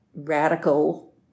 radical